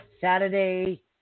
Saturday